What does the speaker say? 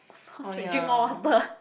sore throat drink more water